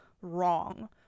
wrong